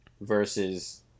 versus